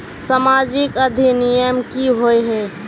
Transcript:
सामाजिक अधिनियम की होय है?